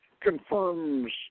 confirms